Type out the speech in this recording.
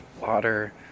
water